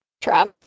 Trap